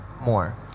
more